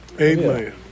Amen